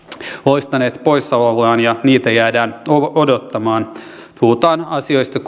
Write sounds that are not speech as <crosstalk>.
loistaneet poissaolollaan ja niitä jäädään odottamaan puhutaan sellaisista asioista <unintelligible>